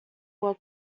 were